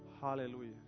Hallelujah